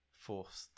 forced